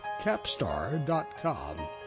Capstar.com